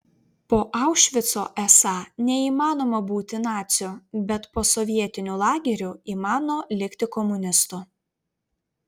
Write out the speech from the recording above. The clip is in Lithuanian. po aušvico esą neįmanoma būti naciu bet po sovietinių lagerių įmano likti komunistu